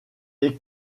est